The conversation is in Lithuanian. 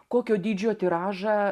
kokio dydžio tiražą